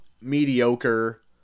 mediocre